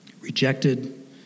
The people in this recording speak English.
rejected